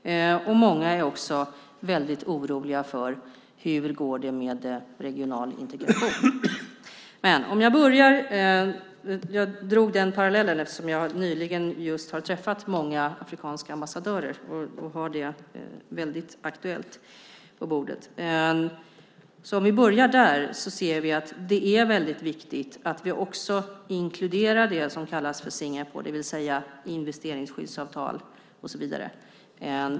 Många är också väldigt oroliga för hur det går med regional integration. Jag drog den parallellen eftersom jag nyligen har träffat många afrikanska ambassadörer och har det väldigt aktuellt på bordet. Om vi börjar där ser vi att det är väldigt viktigt att vi också inkluderar det som kallas Singaporefrågor, det vill säga investeringsskyddsavtal och så vidare.